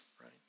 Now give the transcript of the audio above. right